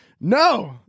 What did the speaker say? no